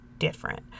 Different